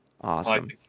Awesome